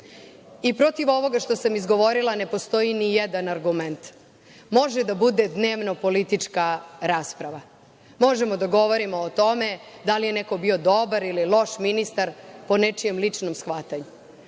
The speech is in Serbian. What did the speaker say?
Protiv ovoga što sam izgovorila ne postoji nijedan argument. Može da bude dnevno-politička rasprava. Možemo da govorimo o tome da li je neko bio dobar ili loš ministar, po nečijem ličnom shvatanju.